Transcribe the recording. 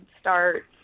start